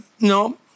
no